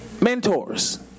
Mentors